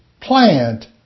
plant